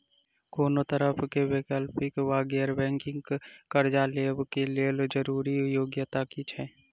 कोनो तरह कऽ वैकल्पिक वा गैर बैंकिंग कर्जा लेबऽ कऽ लेल जरूरी योग्यता की छई?